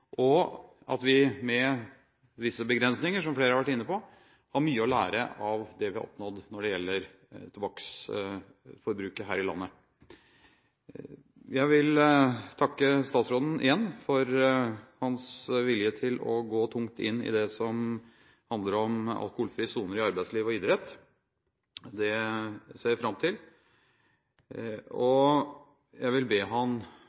og at vi med visse begrensninger, som flere har vært inne på, har mye å lære av det vi har oppnådd når det gjelder tobakksforbruket her i landet. Jeg vil igjen takke statsråden for hans vilje til å gå tungt inn i det som handler om alkoholfrie soner i arbeidsliv og idrett. Det ser jeg fram til. Jeg vil be ham spesielt lytte til de utfordringene han